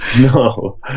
No